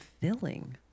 filling